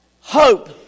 Hope